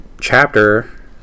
chapter